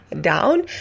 down